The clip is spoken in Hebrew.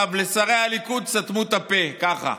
לשרי הליכוד סתמו את הפה, ככה.